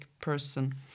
person